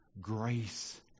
grace